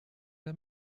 der